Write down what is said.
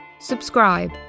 subscribe